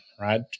right